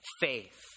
faith